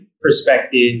perspective